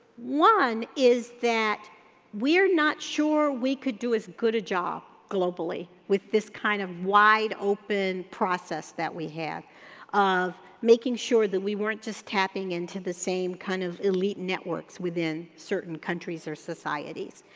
one is that we're not sure we could do as good a job globally with this kind of wide open process that we have of making sure that we weren't just tapping into the same kind of elite networks within certain countries or societies.